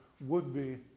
would-be